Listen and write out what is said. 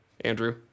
Andrew